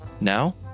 Now